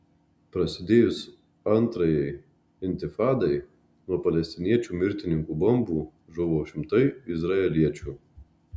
prasidėjus antrajai intifadai nuo palestiniečių mirtininkų bombų žuvo šimtai izraeliečių